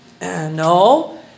No